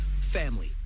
Family